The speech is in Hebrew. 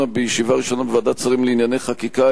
בישיבה ראשונה בוועדת השרים לענייני חקיקה,